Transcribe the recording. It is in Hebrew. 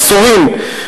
עשורים,